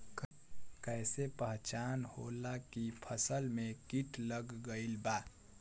कैसे पहचान होला की फसल में कीट लग गईल बा?